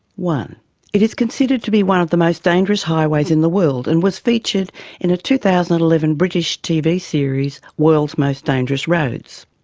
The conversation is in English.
it is considered to be one of the most dangerous highways in the world, and was featured in a two thousand and eleven british tv series world's most dangerous roads.